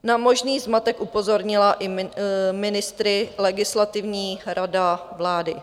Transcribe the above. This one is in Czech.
Na možný zmatek upozornila i ministry Legislativní rada vlády.